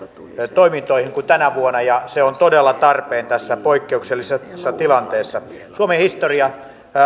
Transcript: toimintoihin kuin tänä vuonna ja se on todella tarpeen tässä poikkeuksellisessa tilanteessa suomen historia